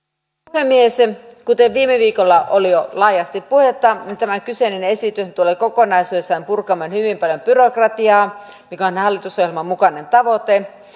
puhemies kuten viime viikolla oli jo laajasti puhetta niin tämä kyseinen esityshän tulee kokonaisuudessaan purkamaan hyvin paljon byrokratiaa mikä on hallitusohjelman mukainen tavoite